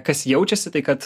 kas jaučiasi tai kad